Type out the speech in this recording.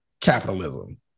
capitalism